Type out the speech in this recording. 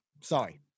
Sorry